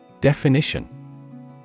Definition